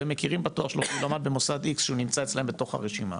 ומכירים בתואר שלו כי הוא למד במוסד X שהוא נמצא אצלם בתוך הרשימה?